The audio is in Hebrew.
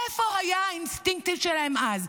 איפה היו האינסטינקטים שלהם אז?